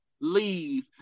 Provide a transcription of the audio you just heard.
leave